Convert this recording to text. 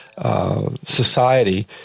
society